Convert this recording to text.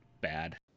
bad